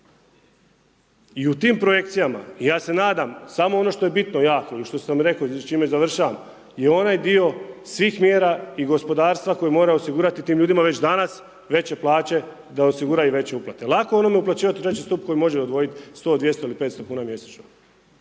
i u tim projekcijama ja se nadam samo ono što je bitno jako i što sam rekao i čime završavam je onaj dio svih mjera i gospodarstva koji mora osigurati tim ljudima već danas veće plaće da osiguraju veće uplate. Lako onomu uplaćivati u III stup koji može odvojiti 100., 200. ili 500 kuna mjesečno,